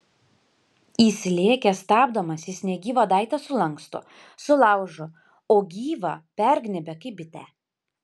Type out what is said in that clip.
įsilėkęs stabdomas jis negyvą daiktą sulanksto sulaužo o gyvą pergnybia kaip bitę